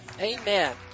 Amen